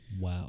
Wow